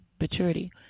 maturity